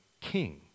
king